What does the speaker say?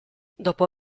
dopo